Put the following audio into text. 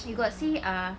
orh